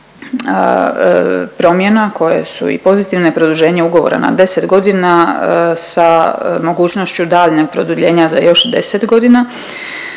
promjena koje su i pozitivne. Produženje ugovora na 10 godina sa mogućnošću daljnjeg produljenja za još 10 godina,